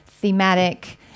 thematic